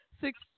six